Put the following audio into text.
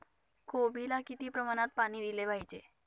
कोबीला किती प्रमाणात पाणी दिले पाहिजे?